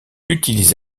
utilise